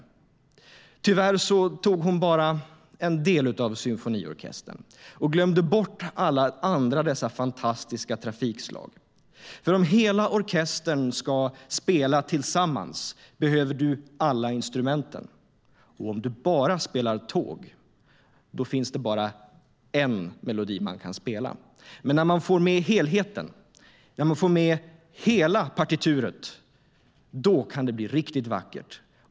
Tyvärr tog utskottsordföranden bara med en del av symfoniorkestern och glömde bort alla andra fantastiska delar. Om hela orkestern ska spela tillsammans behöver man alla instrument. Om man bara spelar tåg finns det bara en melodi man kan spela. Men när man får med helheten, när man får med hela partituret, kan det bli riktigt vackert.